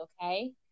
okay